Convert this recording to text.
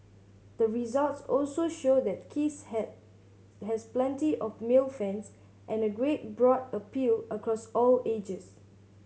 the results also show that kiss had has plenty of male fans and a great broad appeal across all ages